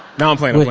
no, i'm playing